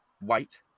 white